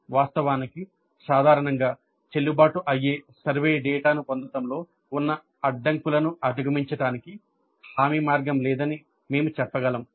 వాస్తవానికి సాధారణంగా చెల్లుబాటు అయ్యే సర్వే డేటాను పొందడంలో ఉన్న అడ్డంకులను అధిగమించడానికి హామీ మార్గం లేదని మేము చెప్పగలం